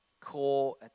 core